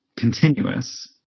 continuous